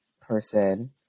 person